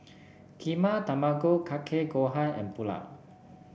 Kheema Tamago Kake Gohan and Pulao